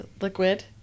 liquid